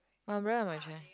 my umbrella on my chair